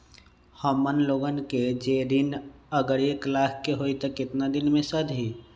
हमन लोगन के जे ऋन अगर एक लाख के होई त केतना दिन मे सधी?